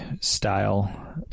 style